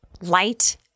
Light